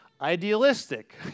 idealistic